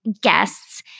guests